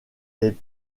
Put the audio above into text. les